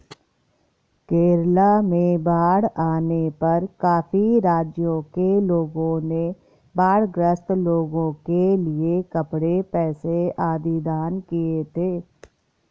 केरला में बाढ़ आने पर काफी राज्यों के लोगों ने बाढ़ ग्रस्त लोगों के लिए कपड़े, पैसे आदि दान किए थे